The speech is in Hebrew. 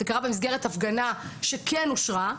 זה קרה במסגרת הפגנה שכן אושרה,